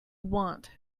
want